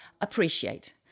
Appreciate